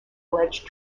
alleged